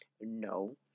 No